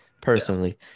personally